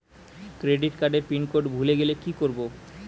Credit কার্ডের pin code ভুলে গেলে কি করব?